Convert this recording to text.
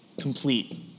complete